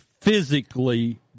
physically